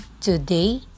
Today